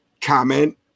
comment